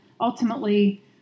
ultimately